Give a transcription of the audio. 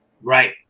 Right